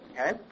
Okay